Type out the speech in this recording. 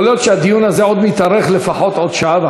יכול להיות שהדיון הזה יתארך לפחות עוד שעה,